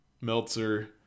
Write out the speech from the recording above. Meltzer